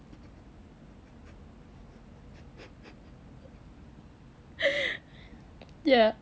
ya